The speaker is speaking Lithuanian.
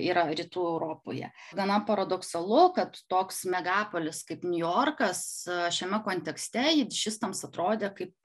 yra rytų europoje gana paradoksalu kad toks megapolis kaip niujorkas šiame kontekste jidišistams atrodė kaip